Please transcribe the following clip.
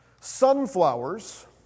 Sunflowers